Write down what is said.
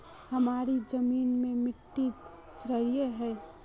हमार जमीन की मिट्टी क्षारीय है?